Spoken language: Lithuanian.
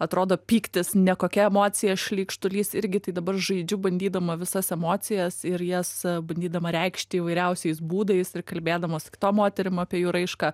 atrodo pyktis ne kokia emocija šleikštulys irgi tai dabar žaidžiu bandydama visas emocijas ir jas bandydama reikšti įvairiausiais būdais ir kalbėdama su kitom moterim apie jų raišką